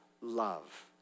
love